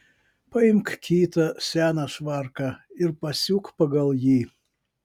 paimk kitą seną švarką ir pasiūk pagal jį